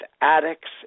addicts